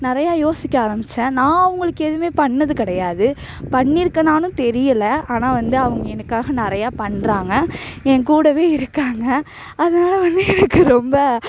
நிறையா யோசிக்க ஆரம்பித்தேன் நான் அவங்களுக்கு எதுவுமே பண்ணது கிடையாது பண்ணியிருக்கேனானு தெரியலை ஆனால் வந்து அவங்க எனக்காக நிறையா பண்ணுறாங்க எங்கூடவே இருக்காங்க அதனால் வந்து எனக்கு ரொம்ப